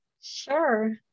Sure